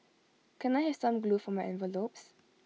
can I have some glue for my envelopes